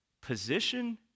position